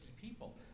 people